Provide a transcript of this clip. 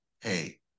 hey